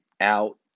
out